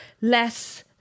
less